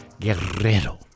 Guerrero